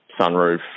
sunroof